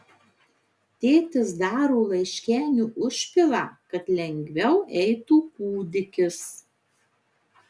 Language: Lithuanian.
tėtis daro laiškenių užpilą kad lengviau eitų kūdikis